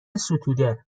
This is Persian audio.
ستوده